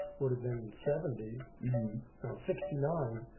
would've been seventy, no sixty nine.